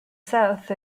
south